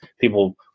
People